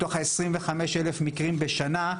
מתוך העשרים וחמש אלף מקרים בשנה,